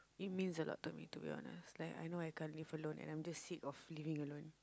it means a lot to be to be honest I know I can't live alone and I'm just sick of living alone